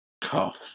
Cough